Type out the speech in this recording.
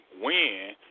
win